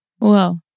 Wow